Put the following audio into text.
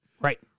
right